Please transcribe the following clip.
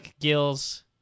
gills